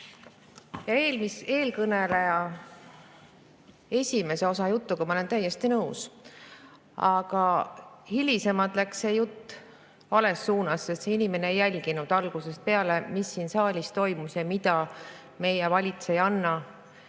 eelkõneleja jutust ma olen täiesti nõus, aga hilisemalt läks see jutt vales suunas, sest see inimene ei jälginud algusest peale, mis siin saalis toimus ja mida meie valitsejanna